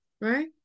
right